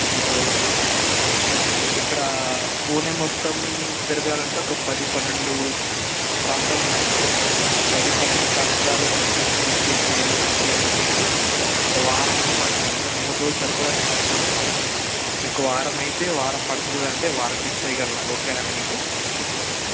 మూడు రోజులు ఉందాము అనుకున్నారు పుణేలో ఇక్కడ పూణే మొత్తం తిరగాలి అంటే ఒక పది పన్నెండు ప్రాంతాలు ఉన్నాయి అండి ఆ పది పన్నెండు ప్రాంతాలు మొత్తం చూసి తిరిగి వచ్చే లోపుకి ఒక వారం అయినా పడుతుంది అండి మూడు రోజులు సరిపోదు అని నేను అనుకుంటున్నాను మీకు వారం అయితే వారం పడతుంది అంటే వారం ఫిక్స్ చేయగలను ఓకేనా అండి మీకు